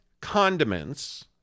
condiments